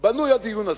בנוי הדיון הזה.